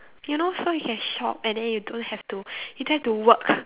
you know so you can shop and then you don't have to you don't have to work